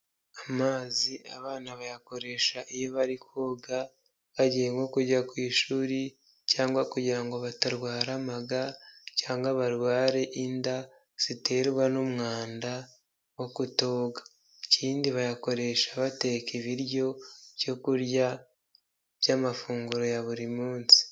Amazi abana bayakoresha iyo bari koga bagiye nko kujya ku ishuri cyangwa kugira ngo batarwara amaga, cyangwa barware inda ziterwa n'umwanda wo kutoga, ikindi bayakoresha bateka ibiryo byo kurya, by'amafunguro ya buri munsi.